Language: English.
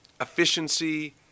efficiency